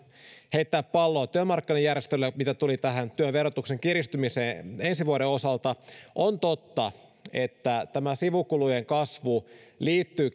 heittää palloa työmarkkinajärjestöille mitä tulee tähän työn verotuksen kiristymiseen ensi vuoden osalta on totta että tämä sivukulujen kasvu liittyy